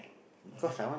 okay